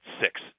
six